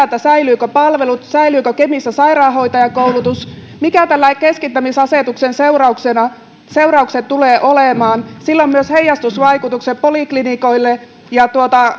säilyvätkö palvelut säilyykö kemissä sairaanhoitajakoulutus mitkä tämän keskittämisasetuksen seuraukset tulevat olemaan sillä on heijastusvaikutuksia myös poliklinikoille ja